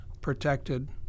protected